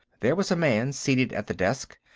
there was a man seated at the desk,